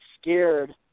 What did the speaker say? scared